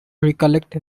recollect